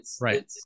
Right